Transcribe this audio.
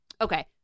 okay